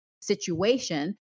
situation